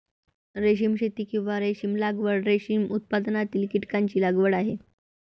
रेशीम शेती, किंवा रेशीम लागवड, रेशीम उत्पादनातील कीटकांची लागवड आहे